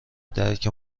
درک